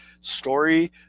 story